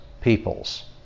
peoples